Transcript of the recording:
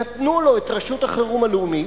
נתנו לו את רשות החירום הלאומית,